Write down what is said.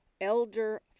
Elder